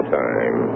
time